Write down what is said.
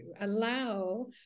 allow